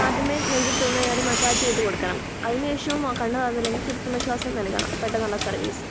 ആദ്യമേ നെഞ്ചത്തൊന്ന് കയറി മസ്സാജ് ചെയ്ത് കൊടുക്കണം അതിനുശേഷം കണ്ണ് തുറന്നില്ലെങ്കിൽ കൃത്രിമ ശ്വാസം നൽകണം പെട്ടെന്നുള്ള സർവ്വീസ്